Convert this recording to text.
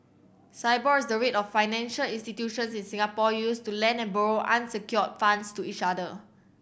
Sibor is the rate of financial institutions in Singapore use to lend and borrow unsecured funds to each other